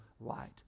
light